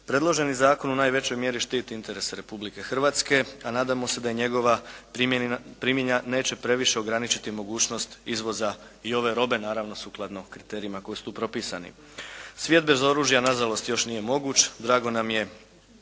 Predloženi zakon u najvećoj mjeri štiti interes Republike Hrvatske, a nadamo se da i njegova primjena neće previše ograničiti mogućnost izvoza i ove robe, naravno sukladno kriterijima koji su tu propisani. Svijet bez oružja na žalost još nije moguć. Drago nam je